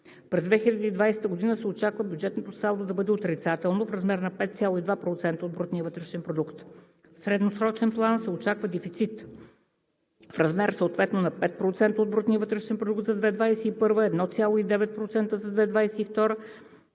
През 2020 г. се очаква бюджетното салдо да бъде отрицателно в размер на 5,2% от брутния вътрешен продукт. В средносрочен план се очаква дефицит в размер съответно на 5% от брутния вътрешен продукт за 2021 г., 1,9% за 2022